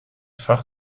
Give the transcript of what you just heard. fach